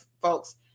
folks